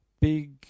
big